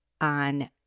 on